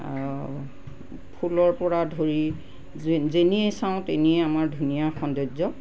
আৰু ফুলৰপৰা ধৰি যে যেনিয়ে চাওঁ তেনিয়ে আমাৰ ধুনীয়া সৌন্দৰ্য